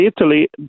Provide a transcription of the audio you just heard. Italy